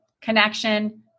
connection